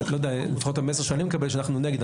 לפחות המסר שאני מקבל, שאנחנו נגד.